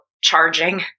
charging